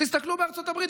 תסתכלו בארצות הברית,